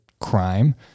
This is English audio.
crime